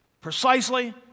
precisely